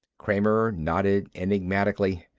kramer nodded enigmatically.